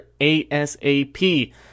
ASAP